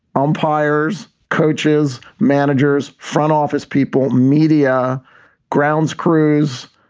umpires, coaches, managers, front office people, media grounds crews,